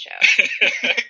Show